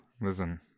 Listen